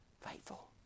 faithful